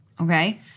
okay